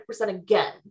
again